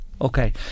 Okay